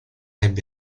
ebbe